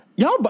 Y'all